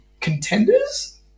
Contenders